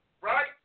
right